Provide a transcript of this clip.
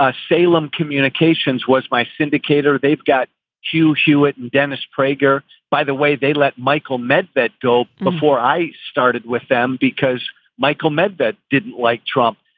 ah salem communications was my syndicator. they've got hugh hewitt and dennis prager. by the way, they let michael medved that dope before i started with them because michael medved didn't like trump.